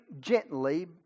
gently